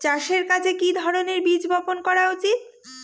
চাষের কাজে কি ধরনের বীজ বপন করা উচিৎ?